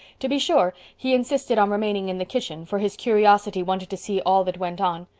to be sure, he insisted on remaining in the kitchen, for his curiosity wanted to see all that went on.